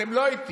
אתם לא איתי.